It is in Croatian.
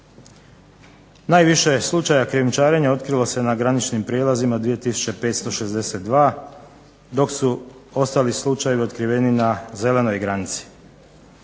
Najviše slučaja krijumčarenja otkrilo se na graničnim prijelazima, 2 562 dok su ostali slučajevi otkriveni na zelenoj granici.